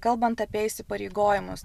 kalbant apie įsipareigojimus